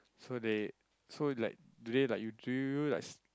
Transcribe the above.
so they so like do they like you do you like s~